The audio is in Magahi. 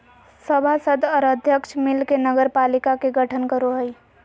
सभासद और अध्यक्ष मिल के नगरपालिका के गठन करो हइ